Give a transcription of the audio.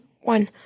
one